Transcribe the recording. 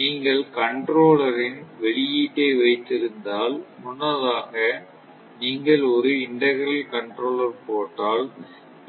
நீங்கள் கண்ட்ரோலரின் வெளியீட்டை வைத்திருந்தால் முன்னதாக நீங்கள் ஒரு இன்டேக்ரால் கண்ட்ரோலர் போட்டால்